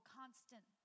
constant